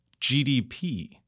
GDP